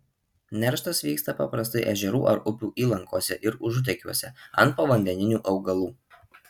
nerštas vyksta paprastai ežerų ar upių įlankose ir užutekiuose ant povandeninių augalų